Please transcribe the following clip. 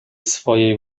swojej